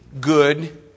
good